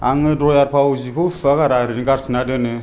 आङो ड्रयारफोराव जिखौ सुवा गारा ओरैनो गारसोना दोनो